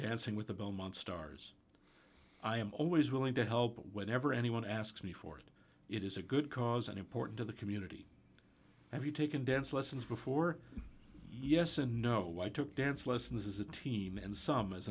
testing with the belmont stars i am always willing to help whenever anyone asks me for it it is a good cause and important to the community have you taken dance lessons before yes and no i took dance lessons is a team and some as